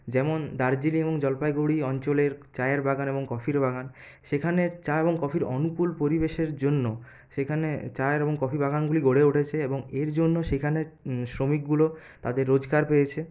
যেমন দার্জিলিং এবং জলপাইগুড়ি অঞ্চলের চায়ের বাগান এবং কফির বাগান সেখানে চা এবং কফির অনুকূল পরিবেশের জন্য সেখানে চা এবং কফি বাগানগুলি গড়ে উঠেছে এবং এর জন্য সেখানে শ্রমিকগুলো তাদের রোজগার পেয়েছে